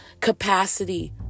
capacity